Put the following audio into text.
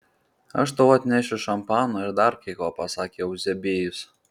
aš tau atnešiu šampano ir dar kai ko pasakė euzebijus